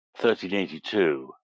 1382